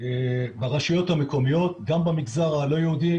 ברשויות המקומיות גם במגזר הלא יהודי,